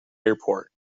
airport